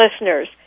listeners